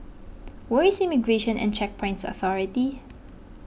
where is Immigration and Checkpoints Authority